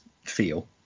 feel